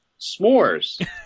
S'mores